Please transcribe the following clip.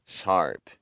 sharp